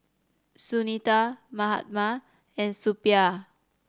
Sunita Mahatma and Suppiah